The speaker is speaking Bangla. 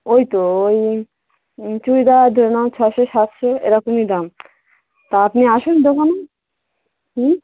ওই তো ওই চুড়িদার ধরে নাও ছয়শো সাতশো এরকমই দাম তা আপনি আসুন দোকানে হুম